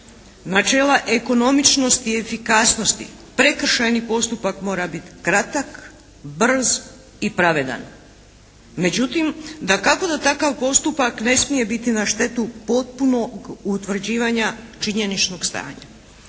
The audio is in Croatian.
načela ekonomičnosti i efikasnosti prekršajni postupak mora biti kratak, brz i pravedan. Međutim dakako da takav postupak ne smije biti na štetu potpunog utvrđivanja činjeničnog stanja.